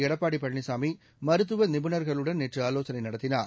எடப்பாடி பழனிசாமி மருத்துவ நிபுணர்களுடன் நேற்று ஆலோசனை நடத்தினார்